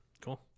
Cool